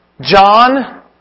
John